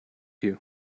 you